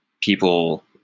people